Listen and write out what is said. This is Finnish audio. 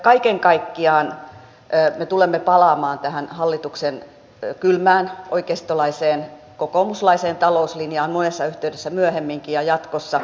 kaiken kaikkiaan me tulemme palaamaan tähän hallituksen kylmään oikeistolaiseen kokoomuslaiseen talouslinjaan monessa yhteydessä myöhemminkin ja jatkossa